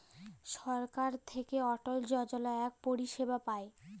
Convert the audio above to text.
ছরকার থ্যাইকে অটল যজলা ইক পরিছেবা পায়